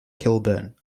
kilburn